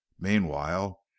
meanwhile